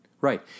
right